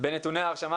בנתוני ההרשמה,